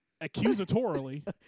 accusatorily